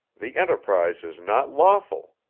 the enterprise is not lawful.